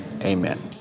Amen